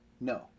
no